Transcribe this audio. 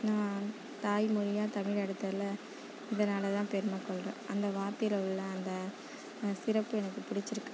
நான் தாய்மொழியாக தமிழை எடுத்ததில் இதனால தான் பெருமை கொள்கிறேன் அந்த வார்த்தையில் உள்ள அந்த சிறப்பு எனக்கு பிடிச்சிருக்குது